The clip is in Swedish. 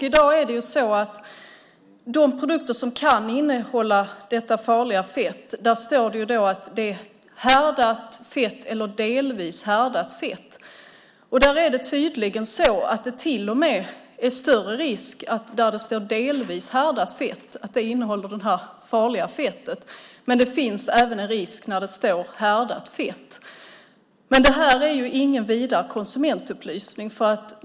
I dag är det så att det på de produkter som kan innehålla detta farliga fett står att det är "härdat fett" eller "delvis härdat fett". Det är tydligen så att det till och med är större risk att produkten innehåller det här farliga fettet när det står "delvis härdat fett". Men det finns även en risk när det står "härdat fett". Det här är ingen vidare konsumentupplysning.